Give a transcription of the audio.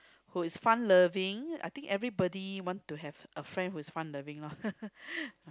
who is fun loving I think everybody want to have a friend who is fun loving loh